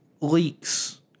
leaks